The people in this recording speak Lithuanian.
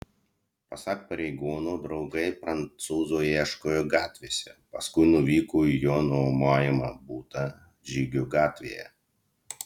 pasak pareigūnų draugai prancūzo ieškojo gatvėse paskui nuvyko į jo nuomojamą butą žygio gatvėje